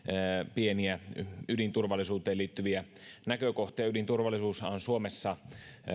pieniä ydinturvallisuuteen liittyviä näkökohtia ydinturvallisuushan on suomessa